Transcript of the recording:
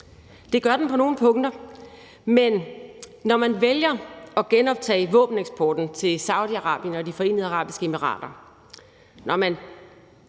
Det gør den på nogle punkter. Men når man vælger at genoptage våbeneksporten til Saudi-Arabien og De Forenede Arabiske Emirater,